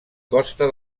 costa